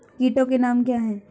कीटों के नाम क्या हैं?